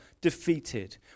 defeated